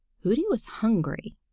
hooty was hungry,